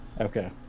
Okay